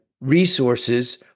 resources